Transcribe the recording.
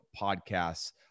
podcasts